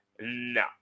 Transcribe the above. No